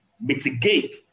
mitigate